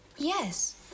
Yes